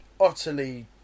utterly